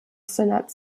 senate